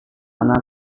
anak